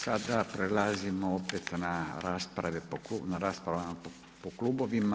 Sada prelazimo opet na raspravama po klubovima.